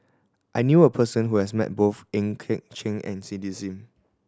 I knew a person who has met both Goh Eck Kheng and Cindy Sim